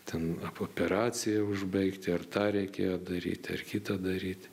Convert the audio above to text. ten operacija užbaigti ir tą reikėjo daryti ar kitą daryti